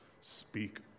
Speak